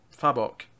Fabok